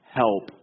help